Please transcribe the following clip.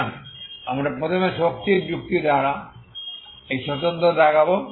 সুতরাং আমরা প্রথমে শক্তির যুক্তি দ্বারা এই স্বতন্ত্রতা দেখাব